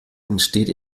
entsteht